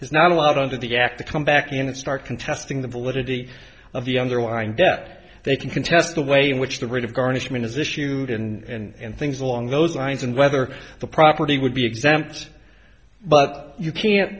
is not allowed on to the act to come back in and start contesting the validity of the underlying debt they can contest the way in which the rate of garnishment is issued and things along those lines and whether the property would be exempt but you can't